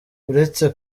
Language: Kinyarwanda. uretse